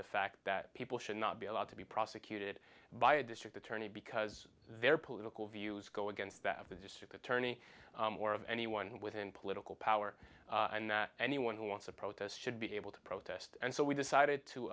the fact that people should not be allowed to be prosecuted by a district attorney because their political views go against that of the district attorney or of anyone within political power and that anyone who wants a protest should be able to protest and so we decided to